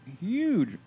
huge